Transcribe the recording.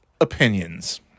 opinions